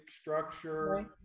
structure